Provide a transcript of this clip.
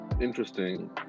Interesting